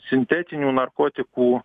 sintetinių narkotikų